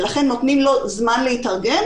ולכן נותנים לו זמן להתארגן,